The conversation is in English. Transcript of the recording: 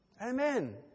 Amen